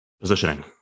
Positioning